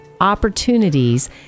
opportunities